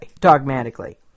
dogmatically